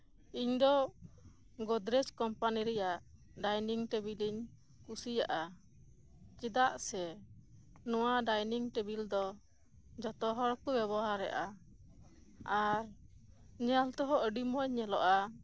ᱤᱧ ᱫᱚ ᱜᱚᱫᱽᱨᱮᱡᱽ ᱠᱳᱢᱯᱟᱱᱤ ᱨᱮᱭᱟᱜ ᱰᱟᱭᱱᱤᱝ ᱴᱮᱵᱤᱞ ᱤᱧ ᱠᱩᱥᱤᱭᱟᱜᱼᱟ ᱪᱮᱫᱟᱜ ᱥᱮ ᱱᱚᱶᱟ ᱰᱟᱭᱱᱤᱝ ᱴᱮᱵᱤᱞ ᱫᱚ ᱡᱷᱚᱛᱚ ᱦᱚᱲᱠᱚ ᱵᱮᱵᱚᱦᱟᱨᱮᱫᱼᱟ ᱟᱨ ᱧᱮᱞ ᱛᱮᱦᱚᱸ ᱟᱹᱰᱤ ᱢᱚᱸᱡᱽ ᱧᱮᱞᱚᱜᱼᱟ